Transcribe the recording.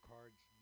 Cards